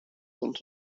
rond